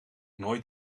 nooit